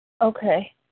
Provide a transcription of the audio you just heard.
Okay